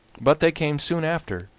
but they came soon after,